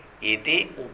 iti